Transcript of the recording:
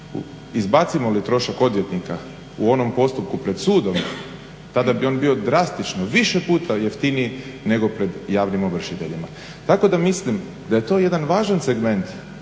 Izbacimo li trošak odvjetnika u onom postupku pred sudom tada bi on bio drastično više puta jeftiniji nego pred javnim ovršiteljima. Tako da mislim da je to jedan važan segment